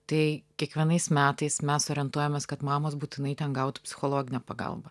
tai kiekvienais metais mes orientuojamės kad mamos būtinai ten gautų psichologinę pagalbą